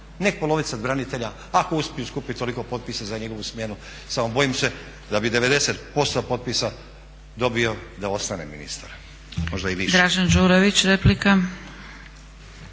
neka polovica branitelja ako uspiju skupiti toliko potpisa za njegovu smjenu, samo bojim se da bi 90% potpisa dobio da ostane ministar,